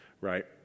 right